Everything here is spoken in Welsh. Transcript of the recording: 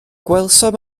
gwelsom